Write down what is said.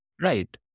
Right